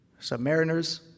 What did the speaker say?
submariners